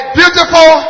beautiful